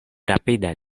rapide